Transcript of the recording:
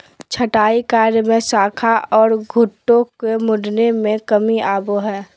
छंटाई कार्य से शाखा ओर खूंटों के मुड़ने में कमी आवो हइ